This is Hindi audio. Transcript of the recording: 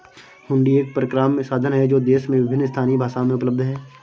हुंडी एक परक्राम्य साधन है जो देश में विभिन्न स्थानीय भाषाओं में उपलब्ध हैं